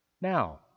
Now